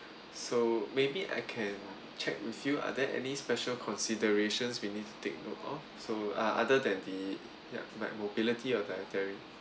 so maybe I can check with you are there any special considerations we need to take note of so other than the yup like mobility or dietary